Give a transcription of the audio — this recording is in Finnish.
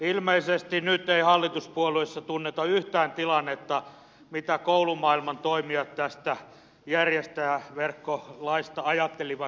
ilmeisesti nyt ei hallituspuolueissa tunneta yhtään tilannetta mitä koulumaailman toimijat tästä järjestäjäverkkolaista ajattelivat